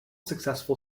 successful